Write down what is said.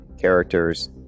characters